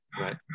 right